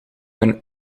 een